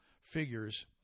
figures